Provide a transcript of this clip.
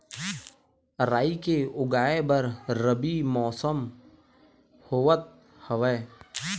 राई के उगाए बर रबी मौसम होवत हवय?